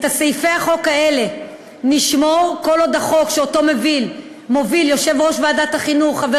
את סעיפי החוק האלה נשמור עד שהחוק שמוביל יושב-ראש ועדת החינוך חבר